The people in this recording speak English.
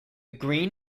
green